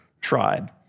tribe